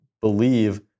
believe